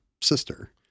sister